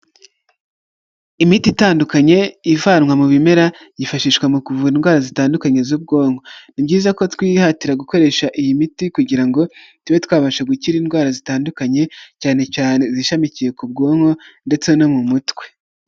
Imiti itandukanye ivanwa mu bimera, yifashishwa mu kuvura indwara zitandukanye z'ubwonko, ni byiza ko twihatira gukoresha iyi miti kugira ngo tube twabasha gukira indwara zitandukanye, cyane cyane izishamikiye ku bwonko ndetse no mu mutwe.